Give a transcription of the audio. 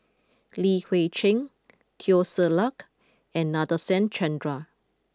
Li Hui Cheng Teo Ser Luck and Nadasen Chandra